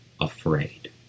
afraid